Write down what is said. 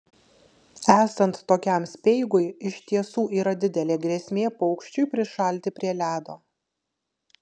esant tokiam speigui iš tiesų yra didelė grėsmė paukščiui prišalti prie ledo